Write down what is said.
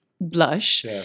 blush